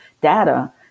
data